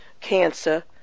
cancer